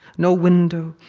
no window,